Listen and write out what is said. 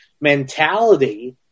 mentality